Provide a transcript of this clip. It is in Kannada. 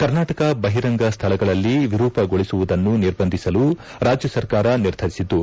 ಕರ್ನಾಟಕ ಬಹಿರಂಗ ಸ್ಥಳಗಳಲ್ಲಿ ವಿರೂಪಗೊಳಿಸುವುದನ್ನು ನಿರ್ಬಂಧಿಸಲು ರಾಜ್ಯಸರ್ಕಾರ ನಿರ್ಧರಿಸಿದ್ದು